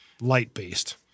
light-based